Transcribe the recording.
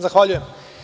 Zahvaljujem.